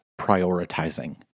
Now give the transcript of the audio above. prioritizing